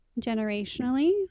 generationally